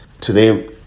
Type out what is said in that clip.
Today